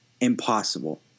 Impossible